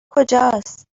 کجاست